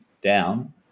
down